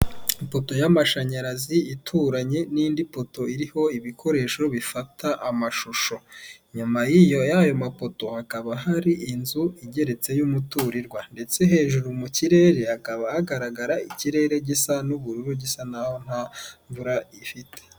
Ifoto y'amashanyarazi ituranye n'indi foto iriho ibikoresho bifata amashusho nyuma yiyo y'ayo mafoto hakaba hari inzu igeretse y'umuturirwa ndetse hejuru mu kirere hakaba hagaragara ikirere gisa n'ubururu gisa naho nta mvura ifite.